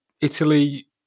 Italy